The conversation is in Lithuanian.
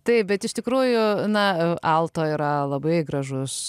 taip bet iš tikrųjų na alto yra labai gražus